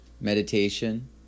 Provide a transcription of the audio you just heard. meditation